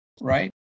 right